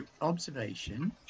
observation